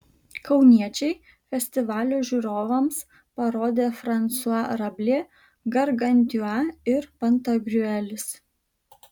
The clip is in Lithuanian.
kauniečiai festivalio žiūrovams parodė fransua rablė gargantiua ir pantagriuelis